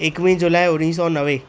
एकवीह जुलाइ उणिवीह सौ नवे